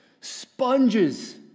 sponges